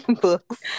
Books